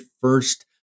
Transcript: first